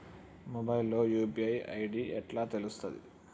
Mobile లో UPI ID ఎట్లా తెలుస్తది?